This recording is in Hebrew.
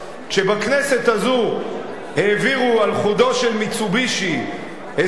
כשבכנסת הזו העבירו על חודו של "מיצובישי" הסכם,